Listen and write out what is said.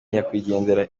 nyakwigendera